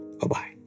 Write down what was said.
Bye-bye